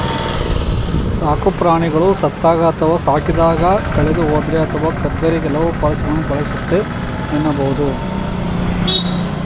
ಸಾಕುಪ್ರಾಣಿಗಳು ಸತ್ತಾಗ ಅಥವಾ ಸಾಕಿದಾಗ ಕಳೆದುಹೋದ್ರೆ ಅಥವಾ ಕದ್ದರೆ ಕೆಲವು ಪಾಲಿಸಿಗಳು ಪಾಲಿಸುತ್ತೆ ಎನ್ನಬಹುದು